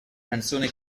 canzone